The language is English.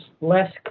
less